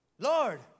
Lord